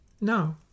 No